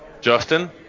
Justin